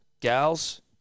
gals